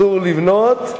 אסור לבנות,